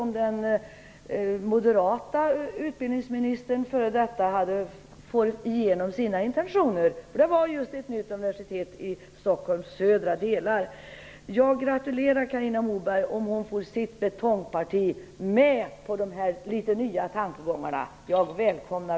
Den f.d. moderate utbildningsministern hade intentioner att förlägga ett nytt universitet just i Stockholms södra delar. Jag gratulerar Carina Moberg om hon får sitt betongparti med på dessa litet nya tankegångar som jag välkomnar.